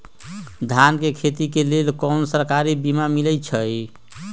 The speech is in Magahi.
धान के खेती के लेल कोइ सरकारी बीमा मलैछई?